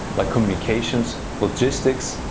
like communications, logistics,